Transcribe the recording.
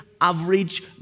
average